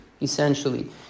essentially